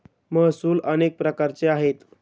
महसूल अनेक प्रकारचे आहेत